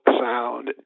sound